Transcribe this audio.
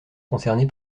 concernée